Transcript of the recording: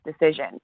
decision